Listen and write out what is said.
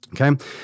Okay